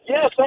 Yes